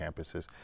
campuses